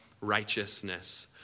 righteousness